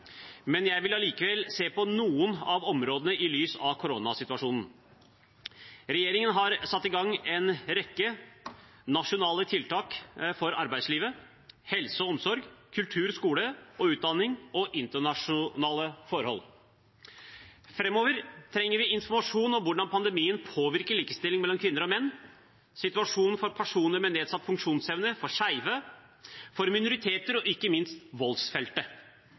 men jeg vil allikevel se på noen av områdene i lys av koronasituasjonen. Regjeringen har satt i gang en rekke nasjonale tiltak for arbeidslivet, helse og omsorg, kultur, skole og utdanning og internasjonale forhold. Framover trenger vi informasjon om hvordan pandemien påvirker likestillingen mellom kvinner og menn, situasjonen for personer med nedsatt funksjonsevne, for skeive, for minoriteter og ikke minst voldsfeltet.